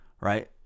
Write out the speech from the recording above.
right